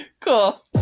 Cool